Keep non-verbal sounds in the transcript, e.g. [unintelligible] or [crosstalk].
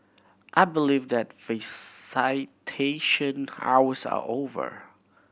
I believe that [unintelligible] hours are over